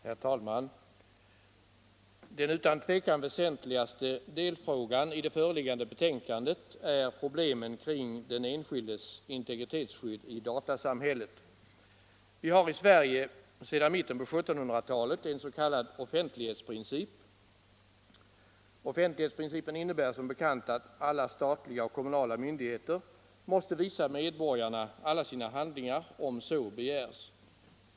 Herr talman! Den utan tvivel väsentligaste delfrågan i det föreliggande betänkandet är problemen kring den enskildes integritetsskydd i datasamhället. Vi har i Sverige sedan mitten på 1700-talet en s.k. offentlighetsprincip. Den innebär som bekant att alla statliga och kommunala myndigheter måste visa medborgarna alla sina handlingar om så begärs.